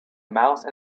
mouse